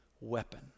weapon